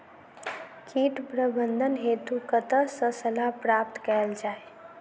कीट प्रबंधन हेतु कतह सऽ सलाह प्राप्त कैल जाय?